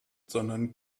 sondern